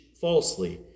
falsely